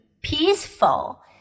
peaceful